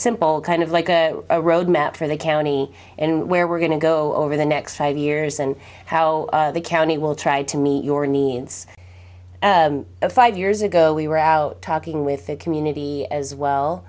simple kind of like a road map for the county and where we're going to go over the next five years and how the county will try to meet your needs five years ago we were out talking with community as well